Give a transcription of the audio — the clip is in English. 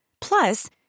Plus